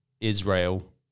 Israel